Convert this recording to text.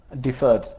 deferred